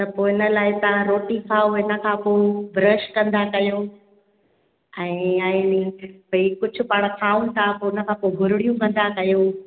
त पोइ इन लाइ तव्हां रोटी खाओ इन खां पोइ ब्रश कंदा कयो ऐं भई कुझु पाण खाऊं था इन खां पोइ गुरिड़ियूं कंदा कयूं